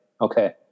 okay